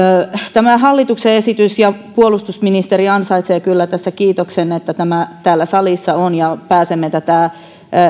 tämä hallituksen esitys ja puolustusministeri ansaitsevat kyllä tässä kiitoksen että tämä täällä salissa on ja pääsemme tätä